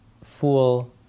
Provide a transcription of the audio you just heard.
fool